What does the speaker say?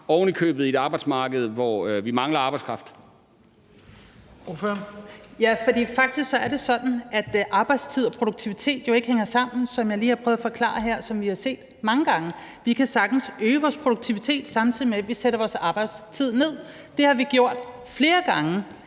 Kl. 20:52 Franciska Rosenkilde (ALT): Ja, for faktisk er det sådan, at arbejdstid og produktivitet jo ikke hænger sammen, som jeg lige har prøvet at forklare her, og som vi har set mange gange. Vi kan sagtens øge vores produktivitet, samtidig med at vi sætter vores arbejdstid ned. Det har vi gjort flere gange